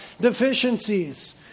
deficiencies